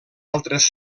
altres